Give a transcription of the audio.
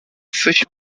sushi